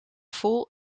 vol